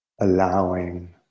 allowing